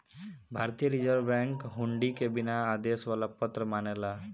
भारतीय reserve bank हुंडी के बिना आदेश वाला पत्र मानेला